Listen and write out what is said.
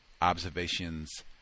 observations